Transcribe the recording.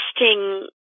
interesting